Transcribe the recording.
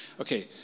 okay